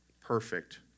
perfect